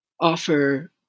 offer